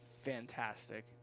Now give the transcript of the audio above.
Fantastic